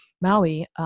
Maui